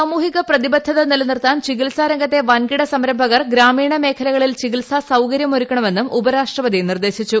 സാമൂഹിക പ്രതിബദ്ധത്തൂ നിലനിർത്താൻ ചികിത്സാരംഗത്തെ വൻകിട സംരംഭകർ ഗ്രാമീണ മേഖ്ലകളിൽ ചികിത്സാ സൌകര്യമൊരുക്കണ മെന്നും ഉപരാഷ്ട്രപതി നിർദ്ദേശിച്ചു